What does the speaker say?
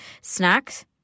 snacks